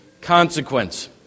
consequence